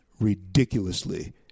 ridiculously